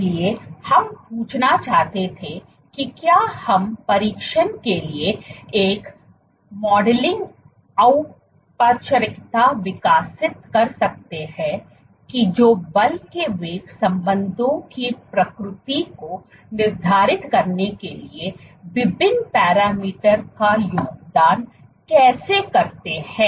इसलिए हम पूछना चाहते थे कि क्या हम परीक्षण के लिए एक मॉडलिंग औपचारिकता विकसित कर सकते हैं कि जो बल के वेग संबंधों की प्रकृति को निर्धारित करने के लिए विभिन्न पैरामीटर का योगदान कैसे करते हैं